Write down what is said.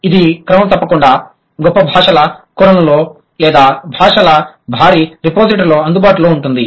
ఇది క్రమం తప్పకుండా గొప్ప భాషల కొలనులో లేదా భాషల భారీ రిపోజిటరీలో అందుబాటులో ఉంటుంది